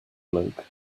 bloke